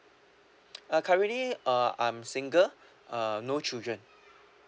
uh currently uh I'm single uh no children